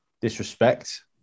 disrespect